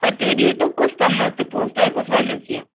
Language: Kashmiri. پتہٕ تُہۍ دیٖتو قٕسطن منٛز تہِ پونٛسہٕ تۄہہِ کُس ونٮ۪و کیٚنٛہہ